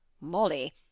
Molly